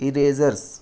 erasers